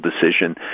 decision